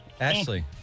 Ashley